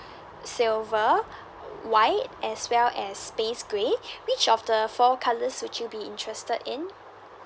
silver white as well as space grey which of the four colours would you be interested in